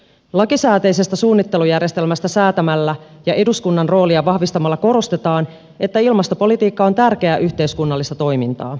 lakisääteisestä suunnittelujärjestelmästä säätämällä ja eduskunnan roolia vahvistamalla korostetaan että ilmastopolitiikka on tärkeää yhteiskunnallista toimintaa